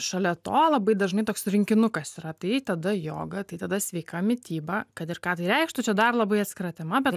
šalia to labai dažnai toks rinkinukas yra tai tada joga tai tada sveika mityba kad ir ką tai reikštų čia dar labai atskira tema bet